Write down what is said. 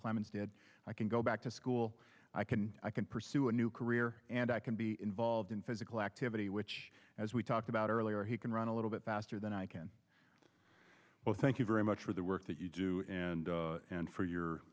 clemens did i can go back to school i can i can pursue a new career and i can be involved in physical activity which as we talked about earlier he can run a little bit faster than i can well thank you very much for the work that you do and and for your